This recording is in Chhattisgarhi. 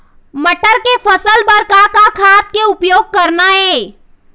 मटर के फसल बर का का खाद के उपयोग करना ये?